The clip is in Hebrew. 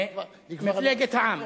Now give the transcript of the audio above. מפלגת העם.